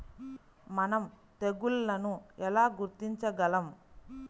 మనం తెగుళ్లను ఎలా గుర్తించగలం?